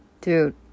dude